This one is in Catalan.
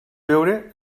veure